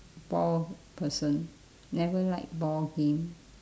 ball person never like ball game